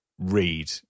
read